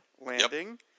landing